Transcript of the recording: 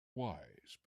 wise